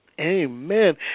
Amen